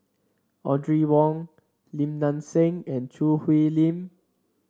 Audrey Wong Lim Nang Seng and Choo Hwee Lim